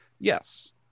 Yes